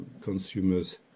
consumer's